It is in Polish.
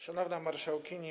Szanowna Marszałkini!